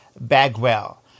Bagwell